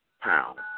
pound